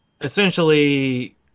essentially